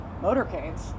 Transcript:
motorcades